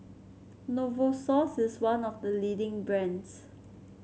Novosource is one of the leading brands